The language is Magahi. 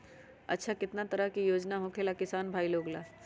अच्छा कितना तरह के योजना होखेला किसान भाई लोग ला?